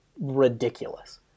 ridiculous